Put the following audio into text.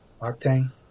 Octane